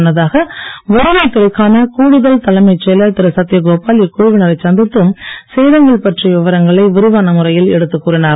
முன்னதாக வருவாய் துறைக்கான கூடுதல் தலைமைச் செயலர் திரு சத்தியகோபால் இக்குழுவினரைச் சந்தித்து சேதங்கள் பற்றிய விவரங்களை விரிவான முறையில் எடுத்துக் கூறினார்